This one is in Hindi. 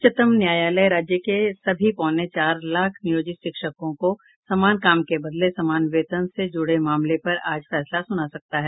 उच्चतम न्यायालय राज्य के लगभग पौने चार लाख नियोजित शिक्षकों को समान काम के बदले समान वेतन से जुड़े मामले पर आज फैसला सुना सकता है